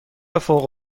فوق